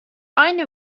aynı